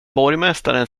borgmästaren